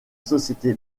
société